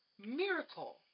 Miracle